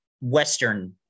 western